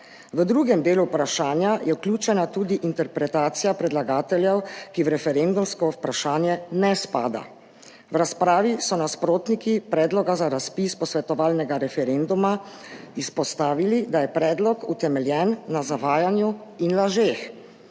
V drugem delu vprašanja je vključena tudi interpretacija predlagateljev, ki ne spada v referendumsko vprašanje. V razpravi so nasprotniki predloga za razpis posvetovalnega referenduma izpostavili, da je predlog utemeljen na zavajanju in lažeh.